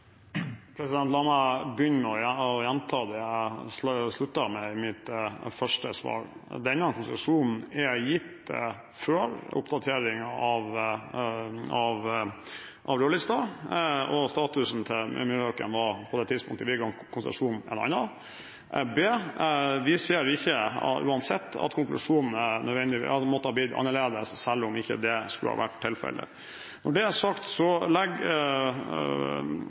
La meg begynne med å gjenta det jeg sluttet med i mitt første svar. Denne konsesjonen er gitt før oppdateringen av rødlisten, og statusen til myrhauken var på det tidspunktet vi ga konsesjon, en annen. Vi ser uansett ikke at konklusjonen måtte ha blitt annerledes selv om det ikke skulle ha vært tilfellet. Når det er sagt, legger